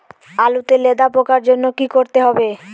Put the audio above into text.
আলুতে লেদা পোকার জন্য কি করতে হবে?